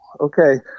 okay